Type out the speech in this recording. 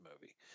movie